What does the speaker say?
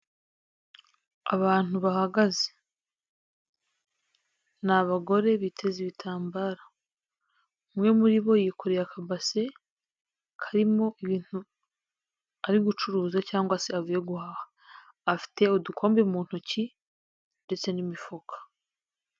Abantu bahagaze, ni abagore biteze ibitambaro, umwe muri bo yikoreye akabase karimo ibintu ari gucuruza cyangwa se avuye guhaha, afite udukombe mu ntoki ndetse n'imifuka.